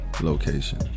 location